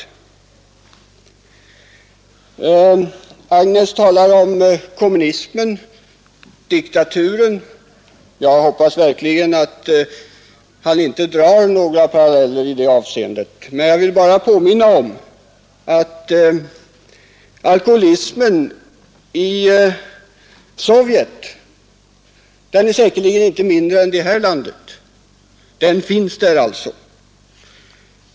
Herr Nilsson i Agnäs talade om kommunismen och diktaturen; jag hoppas verkligen att han inte drar några paralleller i det avseendet. Jag vill bara påminna om att alkoholismen i Sovjet säkerligen inte är mindre än i det här landet.